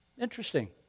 interesting